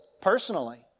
personally